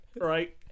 right